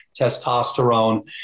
testosterone